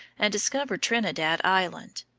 and discovered trinidad island.